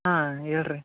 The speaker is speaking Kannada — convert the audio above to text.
ಹಾಂ ಹೇಳ್ರಿ